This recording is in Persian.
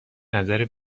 نظر